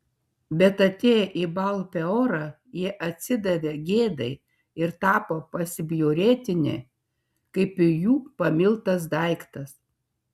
bet atėję į baal peorą jie atsidavė gėdai ir tapo pasibjaurėtini kaip ir jų pamiltas daiktas